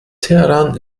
teheran